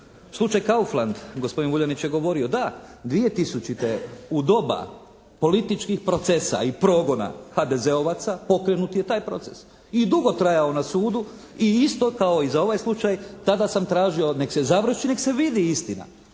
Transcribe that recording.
Slučaj Kaufland gospodin Vuljanić je govorio da 2000. u doba političkih procesa i progona HDZ-ovaca pokrenut je taj proces i dugo trajao na sudu i isto kao i za ovaj slučaj tada sam tražio nek se završi, nek se vidi istina.